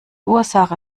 ursache